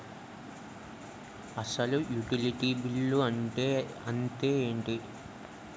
అసలు utility bill అంతే ఎంటి?